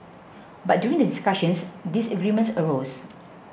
but during the discussions disagreements arose